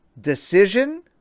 decision